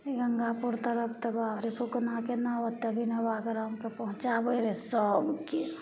गंगापुर तरफ तऽ बाप रे फूकनाके नाव तब पहुँचाबय रहय सबके